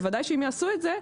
בוודאי שאם יעשו את זה,